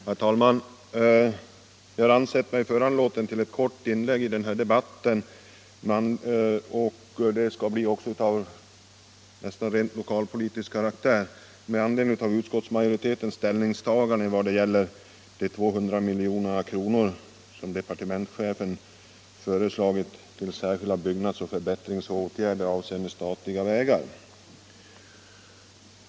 Herr talman! Jag har sett mig föranlåten att göra ett kort inlägg i denna debatt — och det skall också bli av nästan rent lokalpolitisk karaktär — med anledning av utskottsmajoritetens ställningstagande vad det gäller de 200 milj.kr. som departementschefen föreslagit till Särskilda byggnadsoch förbättringsåtgärder avseende statliga vägar.